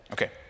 Okay